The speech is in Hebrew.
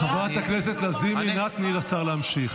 חברת הכנסת לזימי, אנא תני לשר להמשיך.